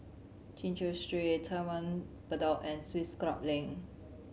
Chin Chew Street Taman Bedok and Swiss Club Link